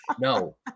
No